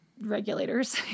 regulators